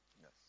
Yes